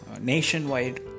nationwide